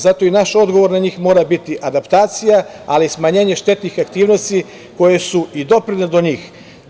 Zato i naš odgovor na njih mora biti adaptacija, ali i smanjenje štetnih aktivnosti koje su i doprinele do njih.